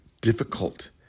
difficult